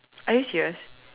are you serious